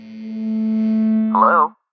Hello